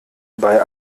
bei